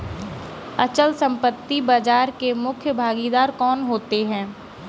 अचल संपत्ति बाजार के मुख्य भागीदार कौन होते हैं?